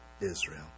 Israel